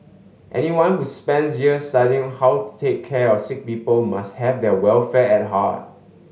anyone who spends years studying how to take care of sick people must have their welfare at heart